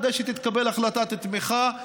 כדי שתתקבל החלטת תמיכה.